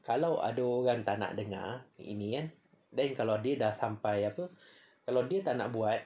kalau ada orang tak nak dengar ini kan then kalau dia dah sampai apa kalau dia tak nak buat